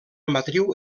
matriu